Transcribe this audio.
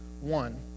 one